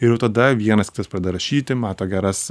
ir jau tada vienas kitas pradeda rašyti mato geras